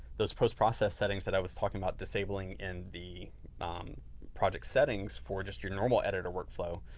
those post process settings that i was talking about disabling in the um project settings for just your normal editor workflow.